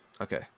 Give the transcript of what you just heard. okay